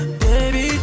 baby